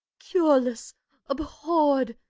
cureless abhorred,